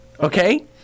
Okay